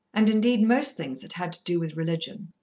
and indeed most things that had to do with religion.